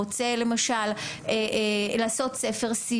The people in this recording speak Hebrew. רוצה למשל לעשות ספר מחזור,